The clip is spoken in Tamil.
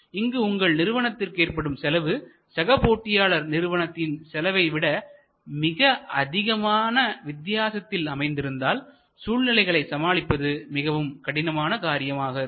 இங்கு உங்கள் நிறுவனத்திற்கு ஏற்படும் செலவு சக போட்டியாளர் நிறுவனத்தின் செலவை விட மிக அதிகமான வித்தியாசத்தில் அமைந்திருந்தால் சூழ்நிலைகளை சமாளிப்பது மிகவும் கடினமான காரியமாக இருக்கும்